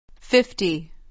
Fifty